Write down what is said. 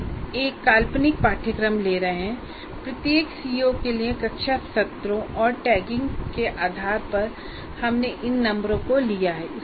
हम एक काल्पनिक पाठ्यक्रम ले रहे हैं प्रत्येक सीओ के लिए कक्षा सत्रों और टैगिंग के आधार पर हमने इन नंबरों को लिया है